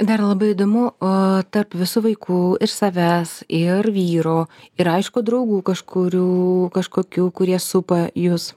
dar labai įdomu o tarp visų vaikų iš savęs ir vyro ir aišku draugų kažkurių kažkokių kurie supa jus